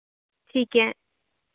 ठीक है